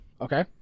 Okay